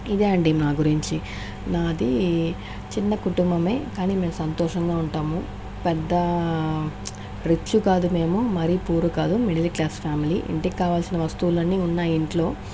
ఇదే అండి నా గురించి నాది చిన్న కుటుంబమే కానీ మేము సంతోషంగా ఉంటాము పెద్ద రిచ్ కాదు మేము మరీ పూర్ కాదు మిడిల్ క్లాస్ ఫ్యామిలీ ఇంటికి కావాల్సిన వస్తువులన్నీ ఉన్నాయి ఇంట్లో